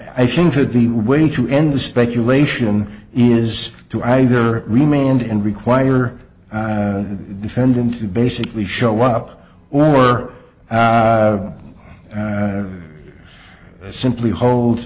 i think that the way to end the speculation is to either remained and require the defendant to basically show up or simply hold